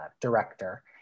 director